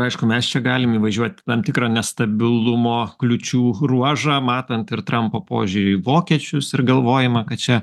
aišku mes čia galim įvažiuot į tam tikrą nestabilumo kliūčių ruožą matant ir trampo požiūrį į vokiečius ir galvojimą kad čia